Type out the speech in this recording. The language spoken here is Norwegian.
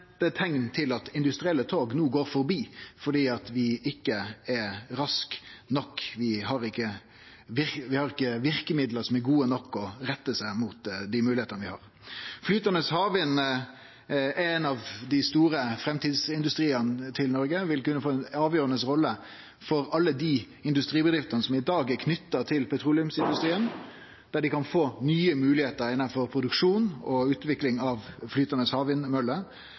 det er teikn til at industrielle tog no går forbi fordi vi ikkje er raske nok. Vi har ikkje verkemiddel som er gode nok, og som rettar seg mot dei moglegheitene vi har. Flytande havvind er ein av dei store framtidsindustriane til Noreg og vil kunne få ei avgjerande rolle for alle dei industribedriftene som i dag er knytte til petroleumsindustrien, og som kan få nye moglegheiter innanfor produksjon og utvikling av flytande